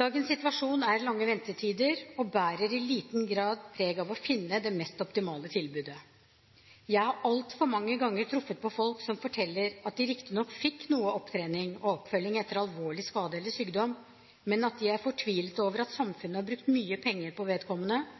Dagens situasjon er lange ventetider og bærer i liten grad preg av å finne det mest optimale tilbudet. Jeg har altfor mange ganger truffet folk som forteller at de riktignok fikk noe opptrening og oppfølging etter alvorlig skade eller sykdom, men at de er fortvilet over at samfunnet har brukt mye penger på vedkommende